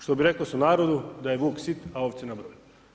Što bi reko sunarodu da je vuk sit, a ovce na broju.